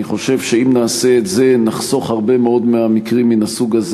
אני חושב שאם נעשה את זה נחסוך הרבה מאוד מהמקרים מהסוג הזה.